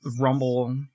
Rumble